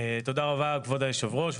תודה רבה כבוד היושב-ראש,